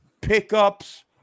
pickups